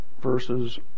verses